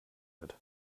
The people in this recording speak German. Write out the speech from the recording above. wird